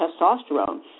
testosterone